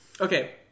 Okay